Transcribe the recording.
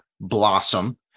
blossom